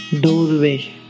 Doorway